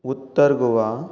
Uttar Goa